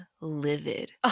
livid